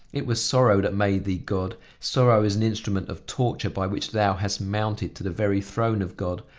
it was sorrow that made thee god sorrow is an instrument of torture by which thou hast mounted to the very throne of god,